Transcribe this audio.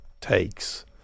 takes